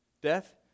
Death